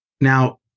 Now